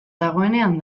dagoenean